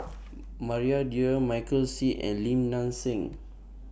Maria Dyer Michael Seet and Lim Nang Seng